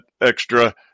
extra